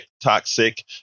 toxic